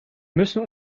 müssen